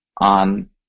on